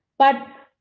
but.